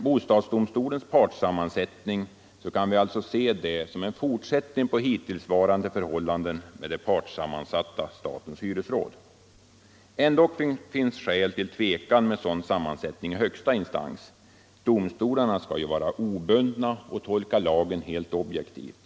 Bostadsdomstolens partssammansättning kan vi alltså se som en fortsättning på hittillsvarande förhållanden med det partssammansatta statens hyresråd. Ändock finns skäl till tvekan inför sådan sammansättning i högsta — Nr 141 instans. Domstolarna skall vara obundna och tolka lagen helt objektivt.